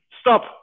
stop